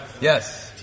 Yes